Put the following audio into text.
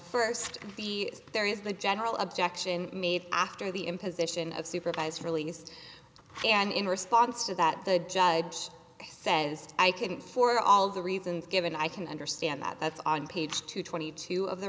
first the there is the general objection made after the imposition of supervised release and in response to that the judge says i couldn't for all the reasons given i can understand that that's on page two twenty two of the